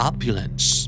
Opulence